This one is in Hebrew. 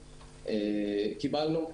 קיבלנו,